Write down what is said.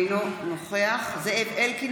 אינו נוכח זאב אלקין,